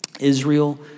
Israel